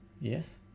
yes